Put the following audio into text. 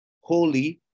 holy